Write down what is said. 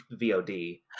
vod